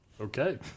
Okay